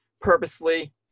purposely